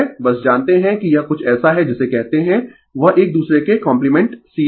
बस जानते है कि यह कुछ ऐसा है जिसे कहते है वह एक दूसरे के कॉम्प्लीमेंट सीरीज और पैरलल